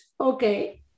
okay